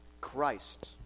Christ